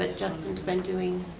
ah justin's been doing,